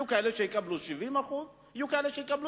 יהיו כאלה שיקבלו 70% ויהיו כאלה שיקבלו